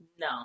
No